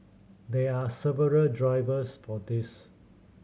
there are several drivers for this